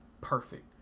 Perfect